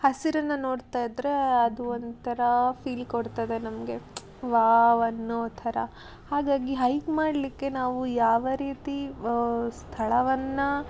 ಹಸಿರನ್ನು ನೋಡ್ತಾ ಇದ್ದರೆ ಅದು ಒಂದು ಥರ ಫೀಲ್ ಕೊಡ್ತದೆ ನಮಗೆ ವಾವ್ ಅನ್ನೋ ಥರ ಹಾಗಾಗಿ ಹೈಕ್ ಮಾಡಲಿಕ್ಕೆ ನಾವು ಯಾವ ರೀತಿ ಸ್ಥಳವನ್ನು